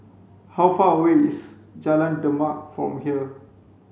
how far away is Jalan Demak from here